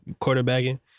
quarterbacking